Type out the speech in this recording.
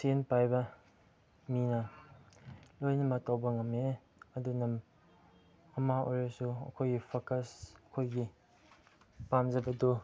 ꯁꯦꯟ ꯄꯥꯏꯕ ꯃꯤꯅ ꯂꯣꯏꯅꯃꯛ ꯇꯧꯕ ꯉꯝꯃꯦ ꯑꯗꯨꯅ ꯑꯃ ꯑꯣꯏꯔꯁꯨ ꯑꯩꯈꯣꯏꯒꯤ ꯐꯣꯀꯨꯁ ꯑꯩꯈꯣꯏꯒꯤ ꯄꯥꯝꯖꯕꯗꯣ